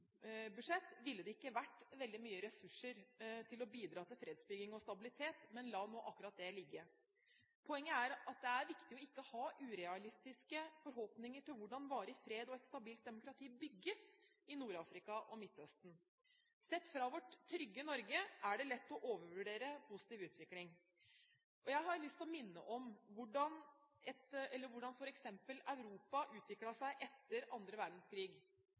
ville det ikke vært veldig mye ressurser å bidra med til fredsbygging og stabilitet, men la nå akkurat det ligge. Poenget er at det er viktig ikke å ha urealistiske forhåpninger til hvordan varig fred og et stabilt demokrati bygges i Nord-Afrika og Midtøsten. Sett fra vårt trygge Norge er det lett å overvurdere positiv utvikling. Jeg har lyst til å minne om hvordan f.eks. Europa utviklet seg etter 2. verdenskrig